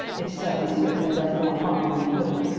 if so, he certainly does more harm than good,